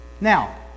now